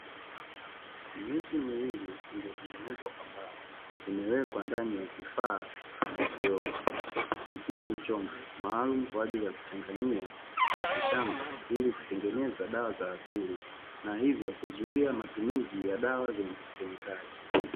Miti miwili iliyotengenezwa kwa mbao, imewekwa ndani ya kifaa cha kioo, ikiwa ni chombo maalumu kwa ajili ya kuchanganyia mitishamba ili kutengeneza dawa za asili na hivyo kuzuia matumizi ya dawa zenye kikemikali.